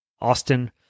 Austin